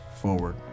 forward